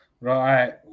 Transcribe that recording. right